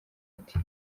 ati